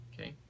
Okay